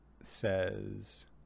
says